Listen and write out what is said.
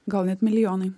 gal net milijonai